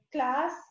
Class